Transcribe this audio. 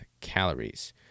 calories